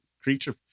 creature